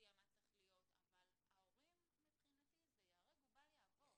מבחינתי ההורים זה ייהרג ובל יעבור.